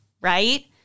right